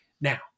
Now